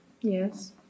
Yes